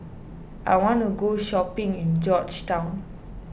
I want to go shopping in Georgetown